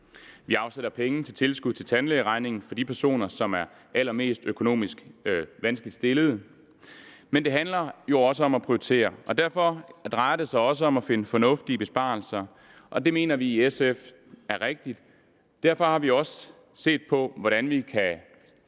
Vi afsætter penge til tilskud til tandlægeregningen for de personer, som er allermest økonomisk vanskeligt stillede. Men det handler jo også om at prioritere. Derfor drejer det sig også om at finde fornuftige besparelser. Og det mener vi i SF er rigtigt. Derfor har vi set på, hvordan vi kan